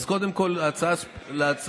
אז קודם כול, ההצעה,